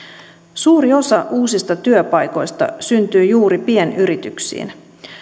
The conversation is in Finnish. suuri osa uusista työpaikoista syntyy juuri pienyrityksiin